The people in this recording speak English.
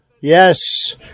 Yes